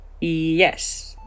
Yes